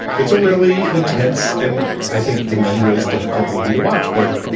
it's a really intense and i think in many ways difficult movie to watch both.